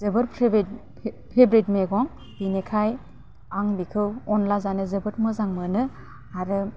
जोबोर फेभरेत मैगं बिनिखाय आं बेखौ अनला जानो जोबोद मोजां मोनो आरो